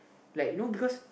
like you know because